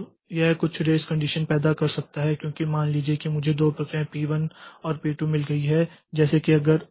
तो यह कुछ रेस कंडीशन पैदा कर सकता है क्योंकि मान लीजिए कि मुझे दो प्रक्रियाएं P1 और P2 मिल गई हैं जैसे कि अगर